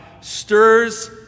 stirs